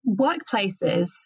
Workplaces